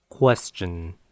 Question